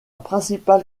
principale